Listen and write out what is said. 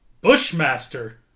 Bushmaster